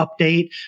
update